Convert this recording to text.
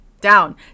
down